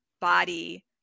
body